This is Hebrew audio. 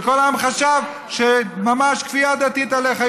וכל העם חשב שממש כפייה דתית עליך,